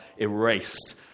erased